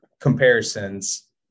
comparisons